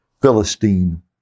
Philistine